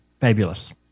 fabulous